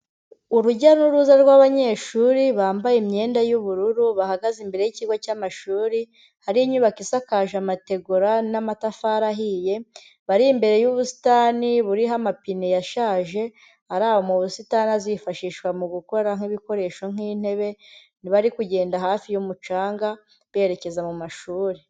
Urujya n'uruza rw'abanyeshuri bambaye imyenda y'ubururu bahagaze imbere y'ikigo cy'amashuri, hari inyubako isakaje amategura n'amatafari ahiye, bari imbere y'ubusitani buriho amapine yashaje, ari aho mu busitani azifashishwa mu gukoraho ibikoresho nk'intebe bari kugenda hafi y'umucanga berekeza mu mashuri.